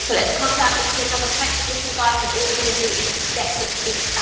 so let's come down into another plank position guys. and all you're gonna do is step the feet out,